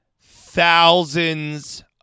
thousands